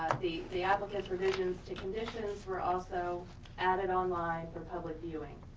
the the applicants revisions to conditions were also added online for public viewing,